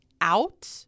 out